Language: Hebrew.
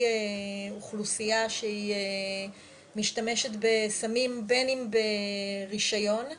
אוכלוסייה שהיא משתמשת בסמים בין אם ברישיון,